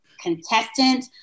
contestant